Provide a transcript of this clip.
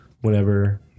whenever